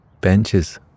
Benches